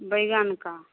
बैंगन का